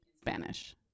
Spanish